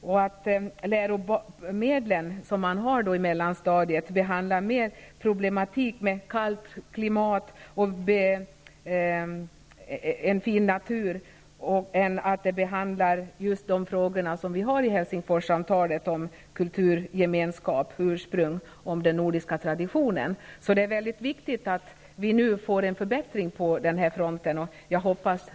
Och läromedlen som man har på mellanstadiet behandlar mer den fina naturen och problemen med ett kallt klimat än frågorna i Helsingforssamtalet om kulturgemenskap, ursprung och den nordiska traditionen. Det är alltså mycket viktigt att det nu sker en förbättring på denna front.